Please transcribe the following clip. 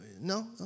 No